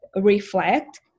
reflect